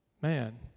man